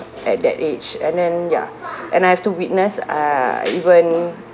at that age and then ya and I have to witness uh even